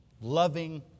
loving